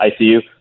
ICU